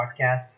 podcast